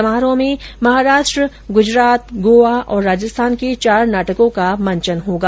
समारोह में महाराष्ट्र गुजरात गोवा और राजस्थान के चार नाटकों का मंचन होगा